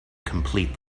complete